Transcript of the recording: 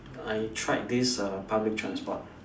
I tried this uh public transport